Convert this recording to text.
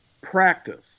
practice